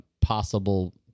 Possible